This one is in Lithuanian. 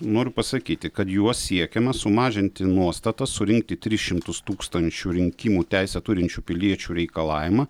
noriu pasakyti kad juo siekiama sumažinti nuostatą surinkti tris šimtus tūkstančių rinkimų teisę turinčių piliečių reikalavimą